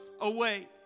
away